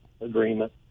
agreement